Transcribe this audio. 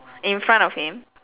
in front of him